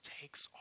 takes